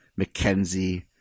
McKenzie